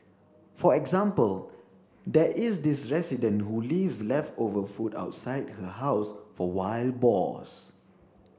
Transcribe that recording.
for example there is this resident who leaves leftover food outside her house for wild boars